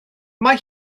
mae